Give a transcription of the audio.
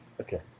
okay